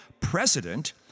president